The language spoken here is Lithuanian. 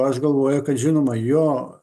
aš galvoju kad žinoma jo